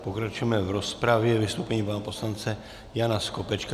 Pokročíme v rozpravě vystoupením pana poslance Jana Skopečka.